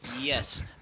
Yes